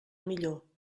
millor